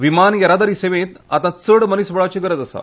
विमान येरादारी सेवेंत आता चड मनिसबळाची गरज आसा